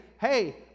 hey